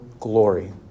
glory